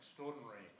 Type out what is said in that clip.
Extraordinary